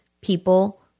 people